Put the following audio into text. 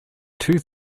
two